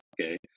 Okay